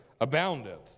aboundeth